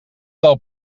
del